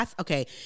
okay